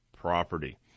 property